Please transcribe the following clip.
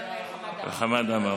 וחמד עמאר.